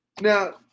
now